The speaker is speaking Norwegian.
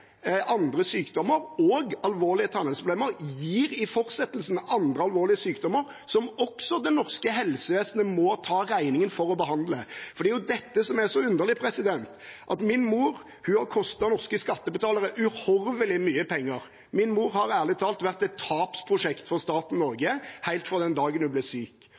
andre sykdommer, og alvorlige tannhelseproblemer gir i fortsettelsen andre alvorlige sykdommer, som også det norske helsevesenet må ta regningen for å behandle. Det er dette som er så underlig. Min mor har kostet norske skattebetalere uhorvelig mye penger, min mor har ærlig talt vært et tapsprosjekt for staten Norge helt fra den dagen hun ble syk,